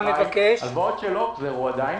הלוואות שלא הוחזרו עדיין.